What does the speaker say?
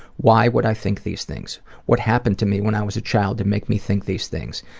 why would i think these things? what happened to me when i was a child to make me think these things?